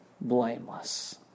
blameless